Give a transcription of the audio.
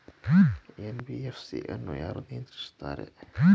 NBFC ಅನ್ನು ಯಾರು ನಿಯಂತ್ರಿಸುತ್ತಾರೆ?